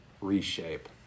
reshape